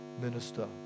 minister